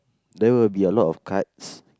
there will be a lot of cards